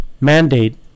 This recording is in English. mandate